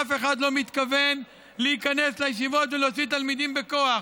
אף אחד לא מתכוון להיכנס לישיבות ולהוציא תלמידים בכוח.